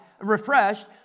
refreshed